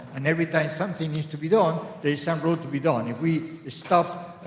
and every time something needs to be done, there's some rule to be done. if we stop, ah,